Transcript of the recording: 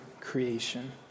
creation